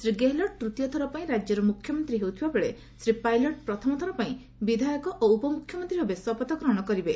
ଶ୍ରୀ ଗେହଲଟ ତୃତୀୟ ଥର ପାଇଁ ରାଜ୍ୟର ମୁଖ୍ୟମନ୍ତ୍ରୀ ହେଉଥିବା ବେଳେ ଶ୍ରୀ ପାଇଲଟ୍ ପ୍ରଥମ ଥର ପାଇଁ ବିଧାୟକ ଓ ଉପମୁଖ୍ୟମନ୍ତ୍ରୀ ଭାବେ ଶପଥ ଗ୍ହଣ କରିବେ